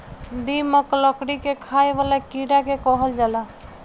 दीमक, लकड़ी के खाए वाला कीड़ा के कहल जाला